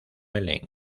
elaine